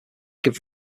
give